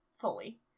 fully